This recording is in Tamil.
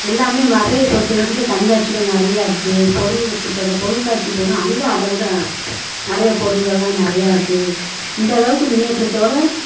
எல்லாமே மதுரையை பொறுத்த மட்டுக்கு கண்காட்சிகள் நிறையா இருக்குது பொருள் வச்சுருக்குறாங்க பொருள் காட்சி போனால் அங்கே அதை விட நிறைய பொருள்களெல்லாம் நிறையா இருக்குது இந்த அளவுக்கு முன்னேற்றத்தோட